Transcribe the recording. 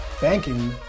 banking